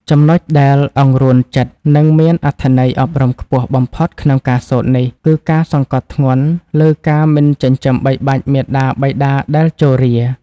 ចំណុចដែលអង្រួនចិត្ត និងមានអត្ថន័យអប់រំខ្ពស់បំផុតក្នុងការសូត្រនេះ គឺការសង្កត់ធ្ងន់លើការមិនចិញ្ចឹមបីបាច់មាតាបិតាដែលជរា។